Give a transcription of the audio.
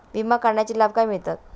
विमा काढण्याचे काय लाभ मिळतात?